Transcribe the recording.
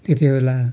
त्यति बेला